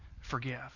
forgive